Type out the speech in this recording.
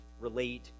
relate